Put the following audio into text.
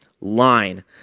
line